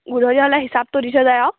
গধূলি হ'লে হিচাপতো দি থৈ যায় আৰু